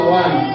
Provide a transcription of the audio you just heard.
one